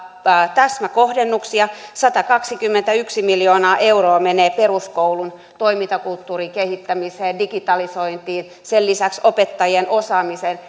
täsmäkohdennuksia satakaksikymmentäyksi miljoonaa euroa menee peruskoulun toimintakulttuurin kehittämiseen digitalisointiin sen lisäksi opettajien osaamiseen